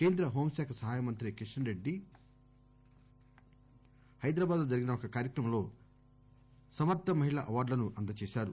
కేంద్ర హోంశాఖ సహాయమంత్రి కిషన్ రెడ్డి హైదరాబాద్ లో జరిగిన ఒక కార్యక్రమంలో సమర్ద మహిళా అవార్గులను అందజేశారు